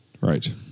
right